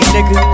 Nigga